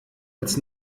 als